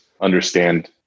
understand